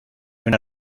una